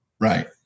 Right